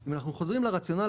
אם אנחנו חוזרים לרציונל,